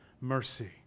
mercy